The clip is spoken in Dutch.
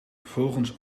volgens